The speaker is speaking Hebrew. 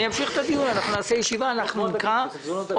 נעשה ישיבה נוספת.